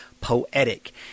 poetic